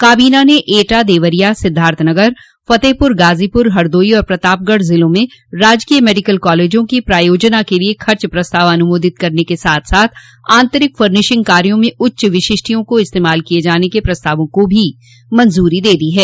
काबीना ने एटा देवरिया सिद्धार्थनगर फतेहपुर गाजोपुर हरदोई और प्रतापगढ़ ज़िलों में राजकीय मडिकल कॉलेजों की प्रायोजना के लिए ख़र्च प्रस्ताव अनुमोदित करने के साथ साथ आंतरिक फनिशिंग कार्यो में उच्च विशिष्टियों को इस्तेमाल किये जाने के प्रस्तावों को भी मंज्री दे दी है